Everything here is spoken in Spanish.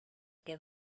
qué